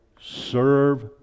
Serve